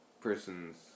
person's